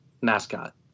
mascot